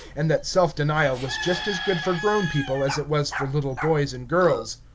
and that self-denial was just as good for grown people as it was for little boys and girls.